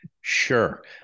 Sure